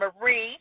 marie